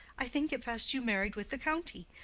i think it best you married with the county.